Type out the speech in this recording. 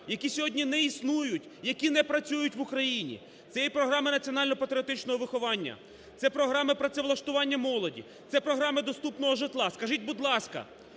які сьогодні не існують, які не працюють в Україні: це є програми національно-патріотичного виховання, це програми працевлаштування молоді, це програми доступного житла. Скажіть, будь ласка,